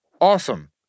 Awesome